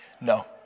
No